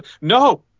No